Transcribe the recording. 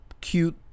cute